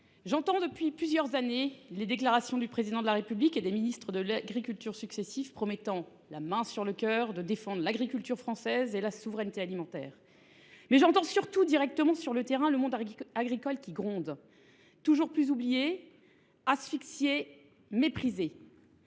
j’entends depuis plusieurs années les déclarations du Président de la République et des ministres de l’agriculture successifs, qui promettent, la main sur le cœur, de défendre l’agriculture française et la souveraineté alimentaire. Mais j’entends surtout, sur le terrain, le monde agricole qui gronde, toujours plus oublié, asphyxié, méprisé.